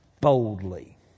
boldly